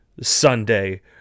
Sunday